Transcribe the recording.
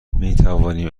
میتوانیم